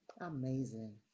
Amazing